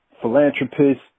philanthropist